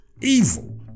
evil